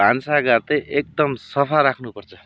भान्सा घर चाहिँ एकदम सफा राख्नुपर्छ